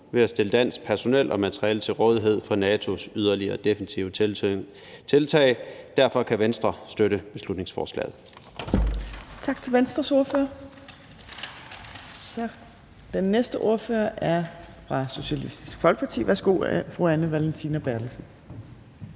ved at stille dansk personel og materiel til rådighed for NATO's yderligere defensive tiltag. Derfor kan Venstre støtte beslutningsforslaget. Kl. 14:03 Tredje næstformand (Trine Torp): Tak til Venstres ordfører. Den næste ordfører er fra Socialistisk Folkeparti. Værsgo, fru Anne Valentina Berthelsen.